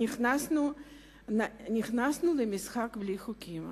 נכנסנו למשחק בלי חוקים.